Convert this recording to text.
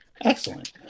Excellent